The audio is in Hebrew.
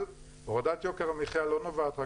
אבל הורדת יוקר המחייה לא נובעת רק